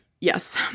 Yes